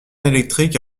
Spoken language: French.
électrique